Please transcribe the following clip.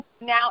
now